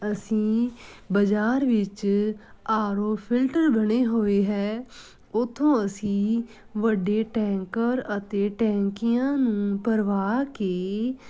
ਅਸੀਂ ਬਾਜ਼ਾਰ ਵਿੱਚ ਆਰ ਓ ਫਿਲਟਰ ਬਣੇ ਹੋਏ ਹੈ ਉੱਥੋਂ ਅਸੀਂ ਵੱਡੇ ਟੈਂਕਰ ਅਤੇ ਟੈਂਕੀਆਂ ਨੂੰ ਭਰਵਾ ਕੇ